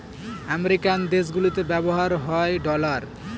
American দেশগুলিতে ব্যবহার হয় ডলার